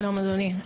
שלום אדוני.